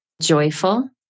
joyful